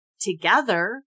together